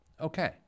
Okay